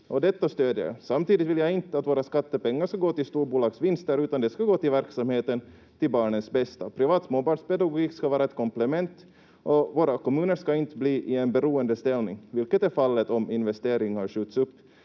detta stöder jag. Samtidigt vill jag inte att våra skattepengar ska gå till storbolagsvinster, utan de ska gå till verksamheten, till barnens bästa. Privat småbarnspedagogik ska vara ett komplement och våra kommuner ska inte bli i en beroendeställning, vilket är fallet om investeringar skjuts upp.